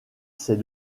ses